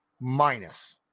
minus